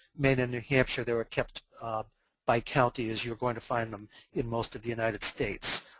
maine and new hampshire, they were kept by county as you're going to find them in most of the united states.